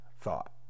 Thought